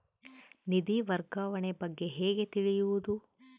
ನಿಧಿ ವರ್ಗಾವಣೆ ಬಗ್ಗೆ ಹೇಗೆ ತಿಳಿಯುವುದು?